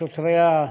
שוטריה,